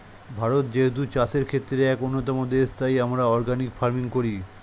ভারত যেহেতু চাষের ক্ষেত্রে এক অন্যতম দেশ, তাই আমরা অর্গানিক ফার্মিং করি